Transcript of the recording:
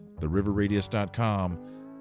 theriverradius.com